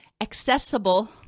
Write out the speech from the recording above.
accessible